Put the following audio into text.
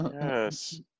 Yes